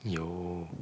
有